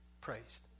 Praised